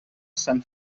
sant